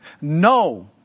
No